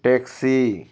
taxi